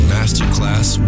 Masterclass